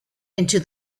into